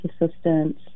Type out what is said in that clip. assistance